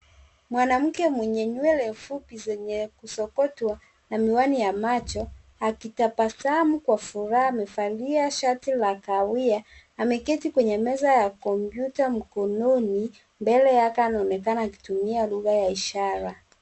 Mwanamke mwenye nywele fupi zenye kusokotwa na miwani ya macho akitabasamu kwa furaha amevalia shati la kahawia, ameketi kwenye meza ya kompyuta mkononi mbele yake anaonekana akitumia lugha ya ishara.